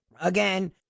Again